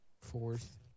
Fourth